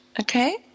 okay